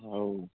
ଆଉ